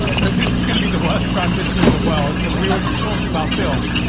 so this is gonna be the worst transition in the world cause we were just talking about films,